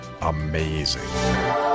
amazing